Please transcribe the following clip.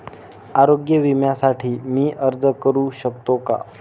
आरोग्य विम्यासाठी मी अर्ज करु शकतो का?